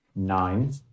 nine